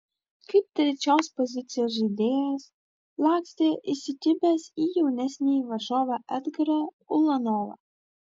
kaip trečios pozicijos žaidėjas lakstė įsikibęs jaunesnį varžovą edgarą ulanovą